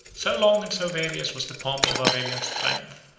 so long and so various was the pomp of aurelian's triumph,